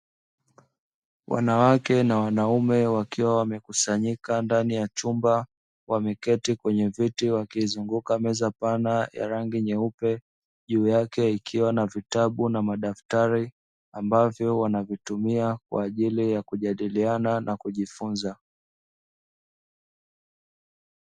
Wanawake na wanaume wakiwa wamekusanyika ndani ya chumba wameketi kwenye viti wakizunguka meza pana ya rangi nyeupe juu yake ikiwa na vitabu na madaktari ambavyo wanavitumia kwa ajili ya kujadiliana na kujifunza.